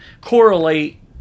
correlate